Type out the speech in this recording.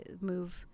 move